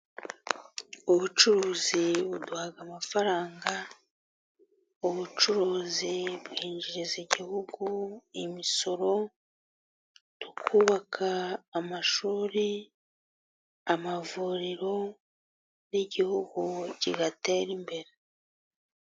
Ubucuruzi buduhaga amafaranga, ubucuruzi bwinjiriza igihugu imisoro, kubabaka amashuri, amavuriro n'igihugu kigatera imbere.